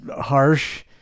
harsh